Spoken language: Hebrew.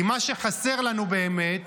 מה שחסר לנו באמת